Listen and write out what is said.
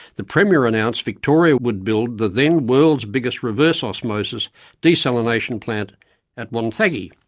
the premier announced victoria would build the then world's biggest reverse osmosis desalination plant at wonthaggi.